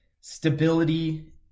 stability